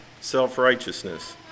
self-righteousness